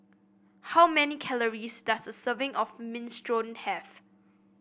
how many calories does a serving of Minestrone have